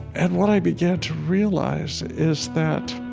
and what i began to realize is that